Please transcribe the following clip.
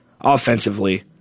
offensively